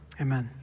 Amen